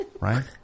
Right